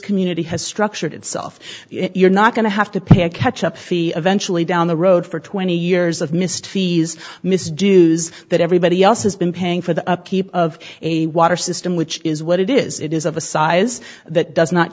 community has structured itself you're not going to have to pay a catch up eventually down the road for twenty years of missed fees miss dues that everybody else has been paying for the upkeep of a water system which is what it is it is of a size that does not